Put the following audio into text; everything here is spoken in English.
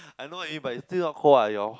I know it but is still not cold ah you all